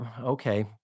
okay